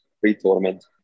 pre-tournament